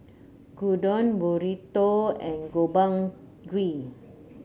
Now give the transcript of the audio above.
Gyudon Burrito and Gobchang Gui